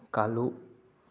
ꯀꯥꯜꯂꯨ